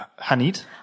Hanit